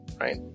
right